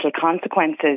consequences